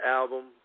album